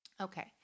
Okay